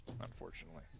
unfortunately